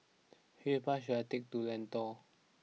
which bus should I take to Lentor